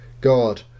God